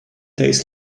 days